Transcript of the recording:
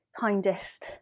kindest